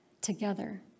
together